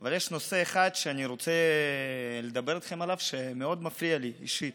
אבל יש נושא אחד שאני רוצה לדבר איתכם עליו שמאוד מפריע לי אישית.